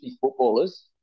footballers